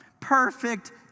perfect